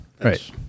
Right